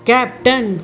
Captain